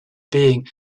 being